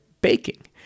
baking